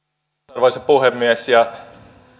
arvoisa puhemies